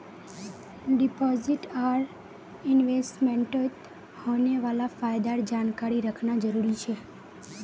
deposit आर इन्वेस्टमेंटत होने वाला फायदार जानकारी रखना जरुरी छे